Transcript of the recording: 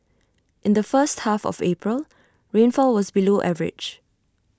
in the first half of April rainfall was below average